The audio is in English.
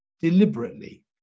deliberately